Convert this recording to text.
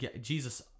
Jesus